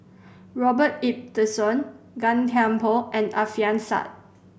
Robert Ibbetson Gan Thiam Poh and Alfian Sa'at